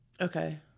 Okay